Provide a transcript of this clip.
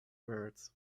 birds